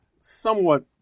somewhat